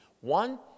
One